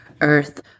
earth